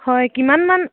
হয় কিমানমান